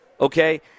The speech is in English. okay